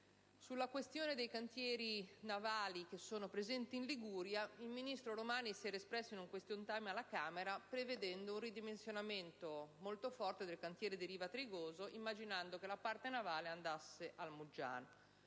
Sulla questione dei cantieri navali presenti in Liguria il ministro Romani si era espresso durante un *question time* alla Camera dei deputati, prevedendo un ridimensionamento molto forte del cantiere di Riva Trigoso e immaginando che la parte navale passasse allo